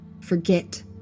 Forget